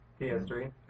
PS3